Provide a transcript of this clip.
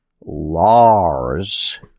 Lars